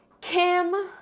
Kim